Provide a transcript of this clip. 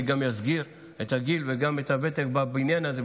אני גם אסגיר את הגיל וגם את הוותק בבניין הזה,